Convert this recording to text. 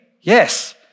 Yes